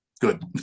good